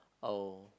oh